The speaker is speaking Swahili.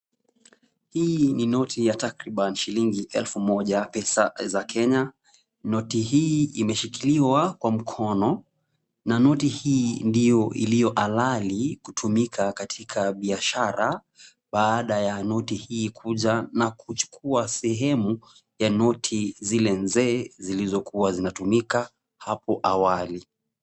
Hii ni noti ya takriban shilingi elfu moja pesa za Kenya, noti hii imeshikiliwa kwa mkono na noti hii ndiyo iliyo halali kutumika katika biashara, baada ya noti hii kuja na kuchukua sehemu ya noti zile nzee zilizokuwa zinatumika hapo awali.